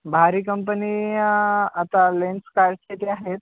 भारी कंपनी आता लेन्सकार्टचे ते आहेत